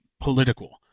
political